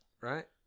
right